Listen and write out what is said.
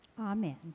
Amen